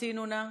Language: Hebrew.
המתינו נא.